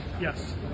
yes